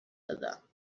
دادم